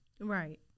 Right